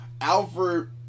Alfred